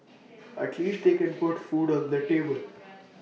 at least they can put food on the table